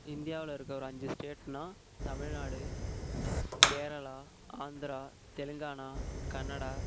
இந்தியாவில் இருக்க ஒரு அஞ்சு ஸ்டேட்னால் தமிழ்நாடு கேரளா ஆந்திரா தெலுங்கானா கனடா